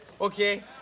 Okay